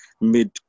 mid